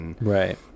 Right